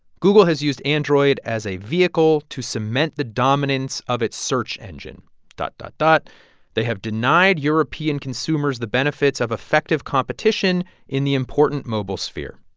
google has used android as a vehicle to cement the dominance of its search engine dot dot dot they have denied european consumers the benefits of effective competition in the important mobile sphere.